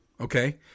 okay